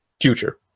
future